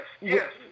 yes